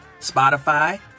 Spotify